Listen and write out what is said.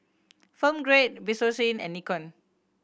Film Grade Bioskin and Nikon